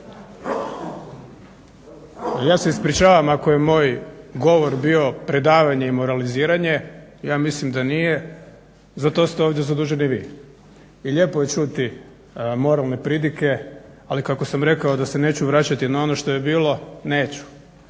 Ja se ispričavam ako je moj govor bio predavanje i moraliziranje, ja mislim da nije. Zato ste ovdje zaduženi vi i lijepo je čuti moralne prodike, ali kako sam rekao da se neću vraćati na ono što je bilo. Neću,